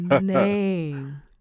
name